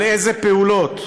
על איזה פעולות.